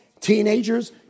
teenagers